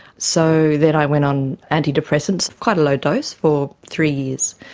so then i went on antidepressants, quite a low dose, for three years.